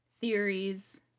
theories